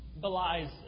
belies